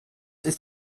ist